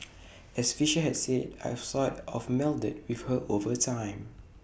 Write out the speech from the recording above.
as Fisher had said I've sort of melded with her over time